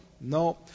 No